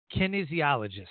kinesiologist